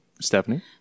Stephanie